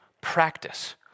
practice